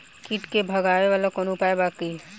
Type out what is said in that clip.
कीट के भगावेला कवनो उपाय बा की?